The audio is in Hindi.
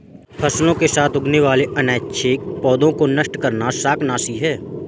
फसलों के साथ उगने वाले अनैच्छिक पौधों को नष्ट करना शाकनाशी है